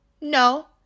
No